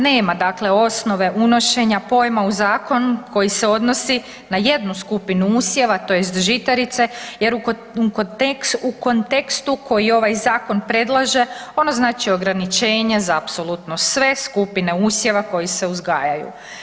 Nema dakle osnove unošenja pojma u zakon koji se odnosi na jednu skupinu usjeva, tj. žitarice jer u kontekstu koji ovaj zakon predlaže, ono znači ograničenja za apsolutno sve skupine usjeva koji se uzgajaju.